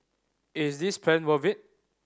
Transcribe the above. is this plan worth it